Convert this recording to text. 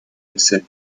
jensen